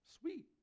sweet